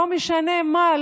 לא משנה מה,